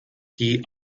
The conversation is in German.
die